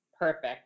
Perfect